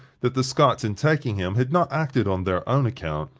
that the scots, in taking him, had not acted on their own account,